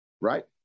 right